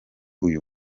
uyu